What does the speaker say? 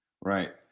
right